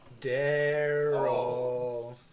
Daryl